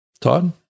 Todd